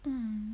mm